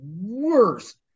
worst